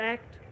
Act